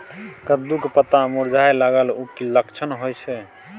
कद्दू के पत्ता मुरझाय लागल उ कि लक्षण होय छै?